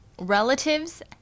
Relatives